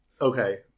Okay